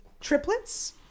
triplets